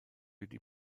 wedi